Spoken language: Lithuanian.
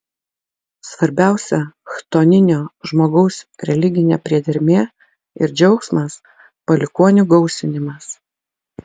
svarbiausia chtoninio žmogaus religinė priedermė ir džiaugsmas palikuonių gausinimas